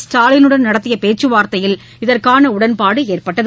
ஸ்டாலினுடன் நடத்தியபேச்சுவார்த்தையில் இதற்கானஉடன்பாடுஏற்பட்டது